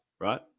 right